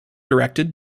directed